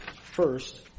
first